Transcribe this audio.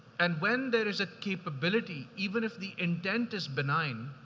and when there is a capability, even if the intent is benign,